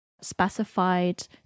specified